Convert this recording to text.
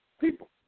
people